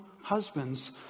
husbands